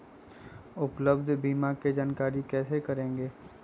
उपलब्ध बीमा के जानकारी कैसे करेगे?